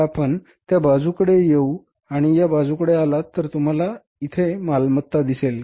आता आपण त्या बाजूकडे येऊ आणि या बाजूकडे आलात तर तुम्हाला आता इथे मालमत्ता दिसेल